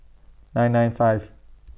nine nine five